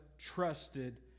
trusted